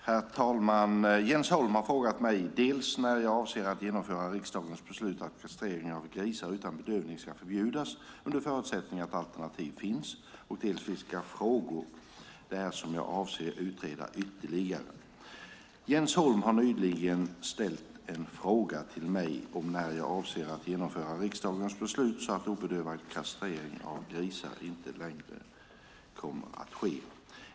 Herr talman! Jens Holm har frågat mig dels när jag avser att genomföra riksdagens beslut att kastrering av grisar utan bedövning ska förbjudas under förutsättning att alternativ finns, dels vilka frågor det är som jag avser att utreda ytterligare. Jens Holm har nyligen ställt en fråga till mig om när jag avser att genomföra riksdagens beslut så att obedövad kastrering av grisar inte längre kommer att ske.